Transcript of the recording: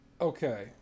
Okay